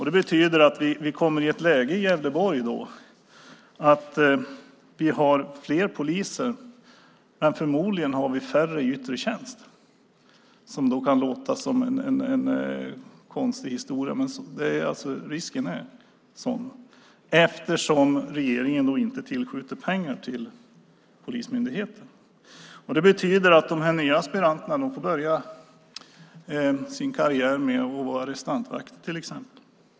Det betyder att vi kommer i ett läge i Gävleborg som innebär att vi har fler poliser, men förmodligen har vi färre i yttre tjänst - det kan låta konstigt, men det finns risk för det - eftersom regeringen inte tillskjuter pengar till polismyndigheten. Det betyder att de nya aspiranterna får börja sin karriär med till exempel att vara arrestantvakt.